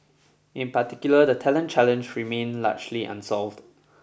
in particular the talent challenge remain largely unsolved